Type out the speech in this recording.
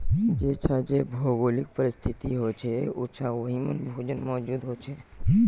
जेछां जे भौगोलिक परिस्तिथि होछे उछां वहिमन भोजन मौजूद होचे